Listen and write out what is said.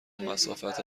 مسافت